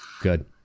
good